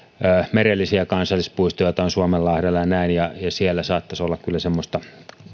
merellisiä kansallispuistoja joita on suomenlahdella ja siellä saattaisi olla kyllä